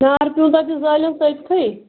نار پیٛوٗنٛتاہ تہِ زٲلِو تٔتھٕے